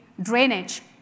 drainage